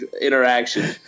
interaction